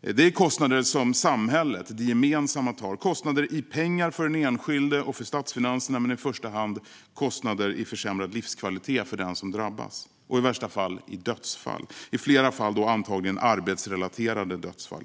Detta är kostnader som samhället, det gemensamma, tar. Det är kostnader i pengar för den enskilde och för statsfinanserna. Men i första hand är det kostnader i försämrad livskvalitet för den som drabbas. Och i värsta fall - i dödsfall. I flera fall är det antagligen arbetsrelaterade dödsfall.